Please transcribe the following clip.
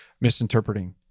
misinterpreting